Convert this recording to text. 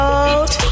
out